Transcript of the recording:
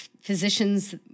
physicians